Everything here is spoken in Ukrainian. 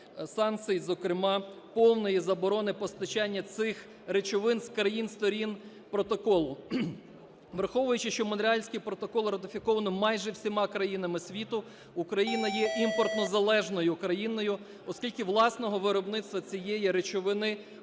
зокрема повної заборони постачання цих речовин з країн-сторін протоколу. Враховуючи, що Монреальський протокол ратифіковано майже всіма країнами світу, Україна є імпортозалежною країною, оскільки власного виробництва цієї речовини